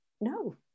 no